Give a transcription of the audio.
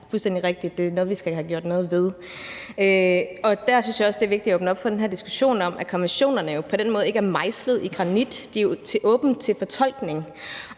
Det er fuldstændig rigtigt, at det er noget, vi skal have gjort noget ved. Derfor synes jeg også, at det er vigtigt at åbne op for den her diskussion om, at konventionerne jo på den måde ikke er mejslet i granit; de er åbne for fortolkning.